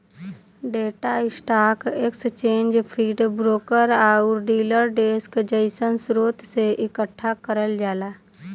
data stock exchange feed, broker आउर dealer desk जइसन स्रोत से एकठ्ठा करल जाला